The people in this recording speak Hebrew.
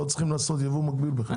לא צריכים לעשות יבוא מקביל בכלל.